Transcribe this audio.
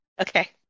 Okay